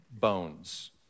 bones